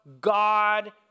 God